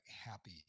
happy